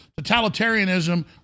totalitarianism